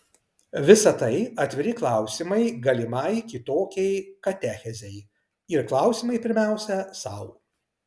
visa tai atviri klausimai galimai kitokiai katechezei ir klausimai pirmiausia sau